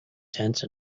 tense